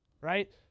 right